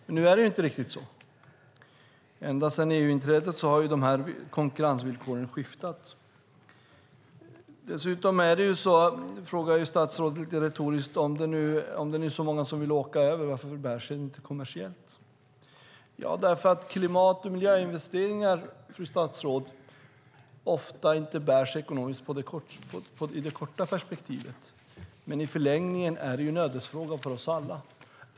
Nu är det dock inte riktigt så. Ända sedan EU-inträdet har konkurrensvillkoren skiftat. Dessutom frågar statsrådet lite retoriskt: Om det nu är så många som vill åka över, varför bär det sig då inte kommersiellt? Svaret är att klimat och miljöinvesteringar, fru statsråd, ofta inte bär sig i det korta perspektivet. I förlängningen är det dock en ödesfråga för oss alla.